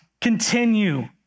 continue